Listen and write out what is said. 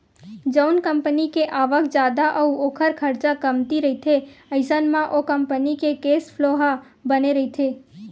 जउन कंपनी के आवक जादा अउ ओखर खरचा कमती रहिथे अइसन म ओ कंपनी के केस फ्लो ह बने रहिथे